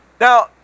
Now